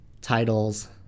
titles